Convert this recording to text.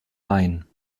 main